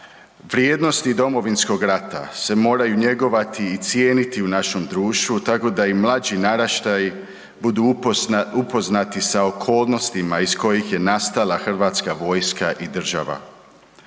vrijednosti Domovinskog rata se moraju njegovati i cijeniti u našem društvu tako da i mlađi naraštaji budu upoznati sa okolnostima iz kojih je nastala HV i država.